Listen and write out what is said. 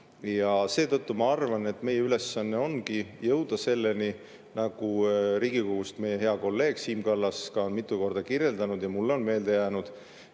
Seetõttu ma arvan, et meie ülesanne ongi jõuda selleni, nagu Riigikogust meie hea kolleeg Siim Kallas on mitu korda kirjeldanud. Ja mulle on meelde jäänud,